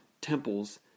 temples